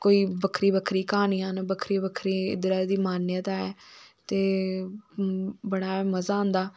कोई बक्खरियां बक्खरियां कहानियां न बक्खरी बक्खरी इध्दरे दी मान्यता ऐ ते बड़ा मज़ा आंदा